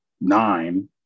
nine